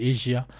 Asia